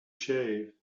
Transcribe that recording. shave